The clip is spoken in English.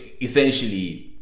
essentially